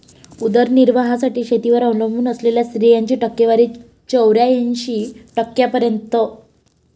उदरनिर्वाहासाठी शेतीवर अवलंबून असलेल्या स्त्रियांची टक्केवारी चौऱ्याऐंशी टक्क्यांपर्यंत